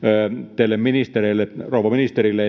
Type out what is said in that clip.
rouva ministerille